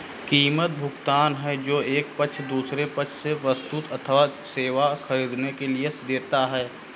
कीमत, भुगतान है जो एक पक्ष दूसरे पक्ष से वस्तु अथवा सेवा ख़रीदने के लिए देता है